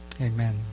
Amen